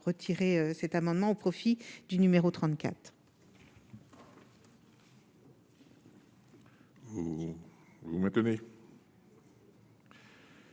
retirer cet amendement au profit du numéro 34. Vous maintenez.